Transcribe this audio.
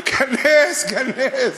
כנס, כנס,